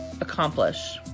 accomplish